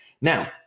Now